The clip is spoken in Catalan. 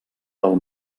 del